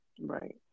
Right